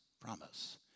promise